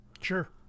sure